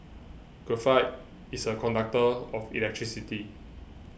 graphite is a conductor of electricity